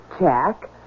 Jack